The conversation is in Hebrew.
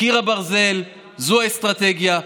קיר הברזל זו האסטרטגיה,